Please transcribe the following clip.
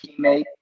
Teammate